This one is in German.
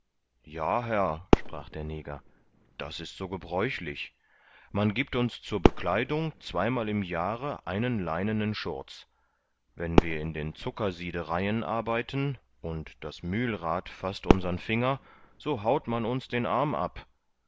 ja herr sprach der neger das ist so gebräuchlich man giebt uns zur bekleidung zweimal im jahre einen leinenen schurz wenn wir in den zuckersiedereien arbeiten und das mühlrad faßt unsern finger so haut man uns den arm ab